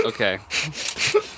Okay